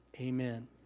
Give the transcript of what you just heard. amen